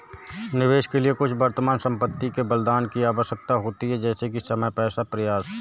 निवेश के लिए कुछ वर्तमान संपत्ति के बलिदान की आवश्यकता होती है जैसे कि समय पैसा या प्रयास